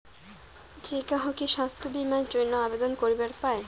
যে কাহো কি স্বাস্থ্য বীমা এর জইন্যে আবেদন করিবার পায়?